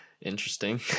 interesting